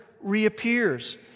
reappears